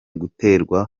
guterwa